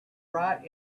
right